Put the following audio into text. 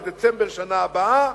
בדצמבר שנה הבאה,